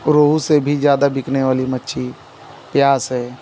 रोहू से भी ज़्यादा बिकने वाली मच्छी प्यासी है